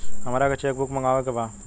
हमारा के cheque book मगावे के बा?